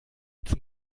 zum